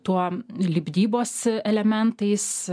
tuo lipdybos elementais